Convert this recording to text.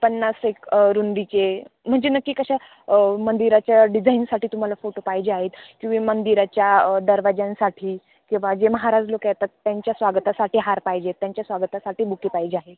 पन्नासेक रुंदीचे म्हणजे नक्की कशा मंदिराच्या डिझाईनसाठी तुम्हाला फोटो पाहिजे आहेत किंवा मंदिराच्या दरवाज्यांसाठी किंवा जे महाराज लोक येतात त्यांच्या स्वागतासाठी हार पाहिजेत त्यांच्या स्वागतासाठी बुके पाहिजे आहेत